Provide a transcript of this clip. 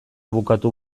bukatu